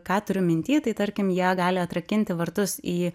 ką turiu mintyje tai tarkim jie gali atrakinti vartus į